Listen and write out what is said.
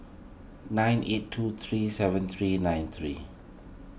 nine eight two three seven three nine three